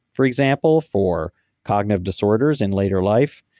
for example, for cognitive disorders in later life.